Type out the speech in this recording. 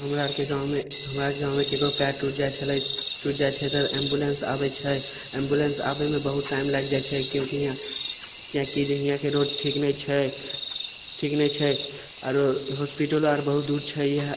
हमरा आरके गाममे हमरा आरके गाममे ककरो पाएर टुटि जाइ छलै टुटि जाइ छै तऽ एम्बुलेन्स आबै छै एम्बुलेन्स आबैमे बहुत टाइम लागि जाइ छै क्योंकि यहाँ किएकि जे यहाँके रोड ठीक नहि छै ठीक नहि छै आओर हॉस्पिटलो आर बहुत दूर छै इएह